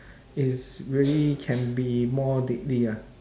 is really can be more deadly ah